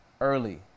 early